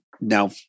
Now